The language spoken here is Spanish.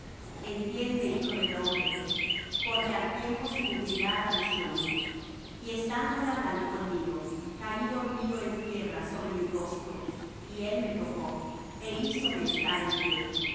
entiende hijo del hombre porque al tiempo se cumplirá la visión y estando él hablando conmigo caí dormido en tierra sobre mi rostro y él me tocó é hízome estar en pie